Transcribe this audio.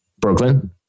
Brooklyn